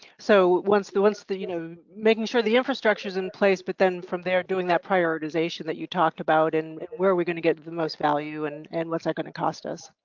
so once the once the, you know, making sure the infrastructure is in place, but then from there doing that prioritization that you talked about, and where are we going to get the most value? and and what's that going to cost us?